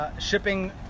shipping